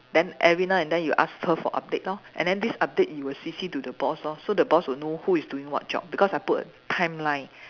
then every now and then you will ask her for update lor and then this update you will C_C to the boss lor so the boss will know who is doing what job because I put a timeline